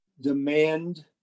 demand